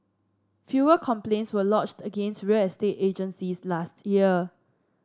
fewer complaints were lodged against real estate agencies last year